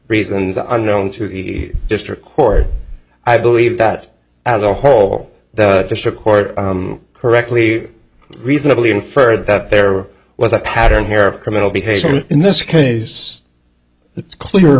reasons unknown to the district court i believe that as a whole the district court correctly reasonably infer that there was a pattern here of criminal behavior in this case it's clear